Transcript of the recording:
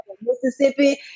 Mississippi